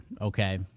okay